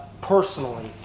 personally